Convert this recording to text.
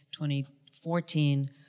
2014